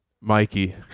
Mikey